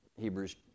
Hebrews